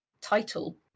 title